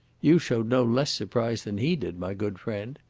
you showed no less surprise than he did, my good friend.